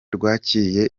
rwakiriye